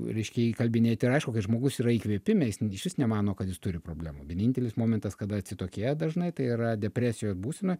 reiškia jį įkalbinėti ir aišku kai žmogus yra įkvėpime jis išvis nemano kad jis turi problemų vienintelis momentas kada atsitokėja dažnai tai yra depresijos būsenoj